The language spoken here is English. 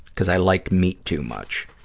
because i like meat too much.